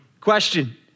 Question